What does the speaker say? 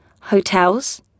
hotels